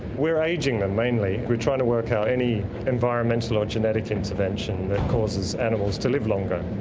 we're ageing them mainly. we're trying to work out any environmental or genetic intervention that causes animals to live longer.